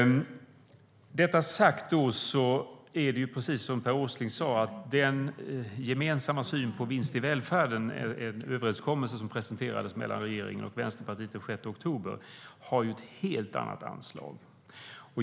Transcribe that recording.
Med detta sagt har, precis som Per Åsling sade, den gemensamma synen på vinst i välfärden, enligt den överenskommelse mellan regeringen och Vänsterpartiet som presenterades den 6 oktober, ett helt annat anslag.